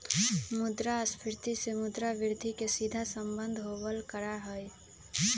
मुद्रास्फीती से मुद्रा वृद्धि के सीधा सम्बन्ध होबल करा हई